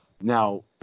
Now